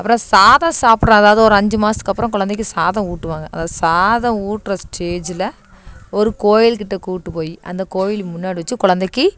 அப்புறம் சாதம் சாப்பிட அதாவது ஒரு அஞ்சு மாதத்துக்கு அப்புறம் குழந்தைக்கி சாதம் ஊட்டுவாங்க அதாவது சாதம் ஊட்டுற ஸ்டேஜ்ஜில் ஒரு கோவிலுக்கிட்ட கூட்டுப்போயி அந்த கோவில் முன்னாடி வச்சு குழந்தைக்கி